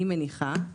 אני מניחה,